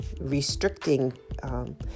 restricting